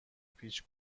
پیچ